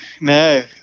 no